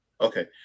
Okay